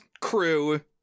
crew